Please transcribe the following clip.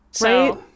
Right